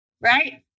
right